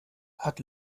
hat